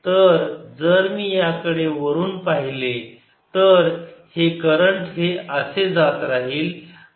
तर जर मी याकडे वरून पाहिले तर हे करंट हे असे जात राहील